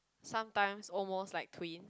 sometimes almost like twin